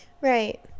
right